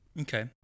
Okay